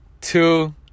two